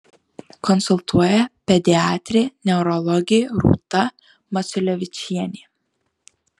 konsultuoja pediatrė neurologė rūta maciulevičienė